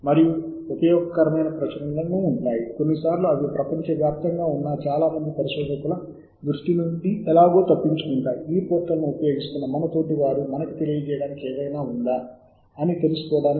మనం చేయవలసినది ఏమిటంటే ఫలితాలను క్రమబద్ధీకరించే ప్రతి పద్ధతికి మనం భావించే వాటిని ఎన్నుకోవాలి